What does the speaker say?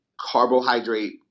carbohydrate